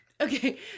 Okay